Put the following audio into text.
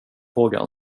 fråga